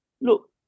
look